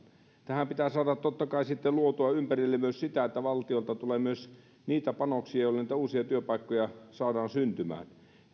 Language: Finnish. tähän pitää saada totta kai sitten luotua ympärille myös sitä että valtiolta tulee myös niitä panoksia joilla niitä uusia työpaikkoja saadaan syntymään ja